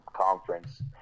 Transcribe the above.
conference